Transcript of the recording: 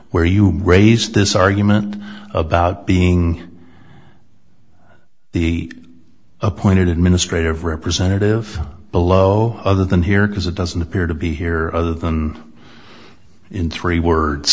where you raise this argument about being the appointed administrator of representative below other than here because it doesn't appear to be here other than in three